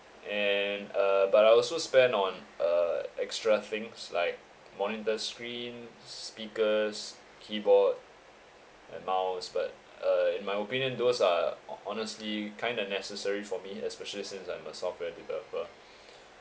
and uh but I also spend on uh extra things like monitor screen speakers keyboard and mouse but uh in my opinion those are ho~ honestly kind of necessary for me especially since I'm a software developer